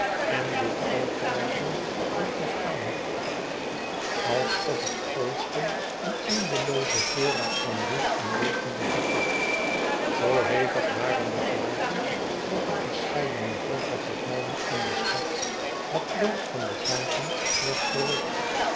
en dit voortdrijven hield nog aan alsof het oosten een eindeloozen voorraad van wind en wolken bevatte zoo heftig waren de vlagen dat van verscheidene hooge gebouwen in de stad het lood van de daken werd gerukt